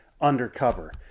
undercover